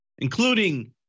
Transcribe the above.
including